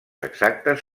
exactes